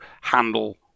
handle